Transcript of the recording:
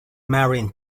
marian